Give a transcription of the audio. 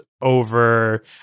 over